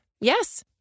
Yes